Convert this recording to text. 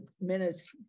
minutes